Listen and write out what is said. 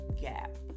gap